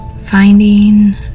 finding